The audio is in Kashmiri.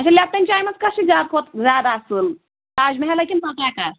اَچھا لیپٹن چایہِ منٛز کَس چھِ زیاد کھۄتہٕ زیادٕ اصٕل تاج محل ہا کِنہٕ پَٹاکا